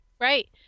Right